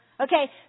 Okay